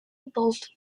involved